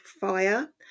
fire